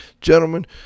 Gentlemen